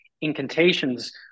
incantations